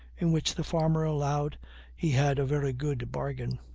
in which the farmer allowed he had a very good bargain.